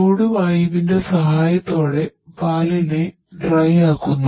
ചൂട് വായുവിന്റെ സഹായത്തോടെ പാലിനെ ഡ്രൈ ആക്കുന്നു